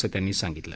असं त्यांनी सांगितले